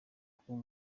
kuba